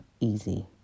easy